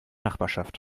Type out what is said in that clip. nachbarschaft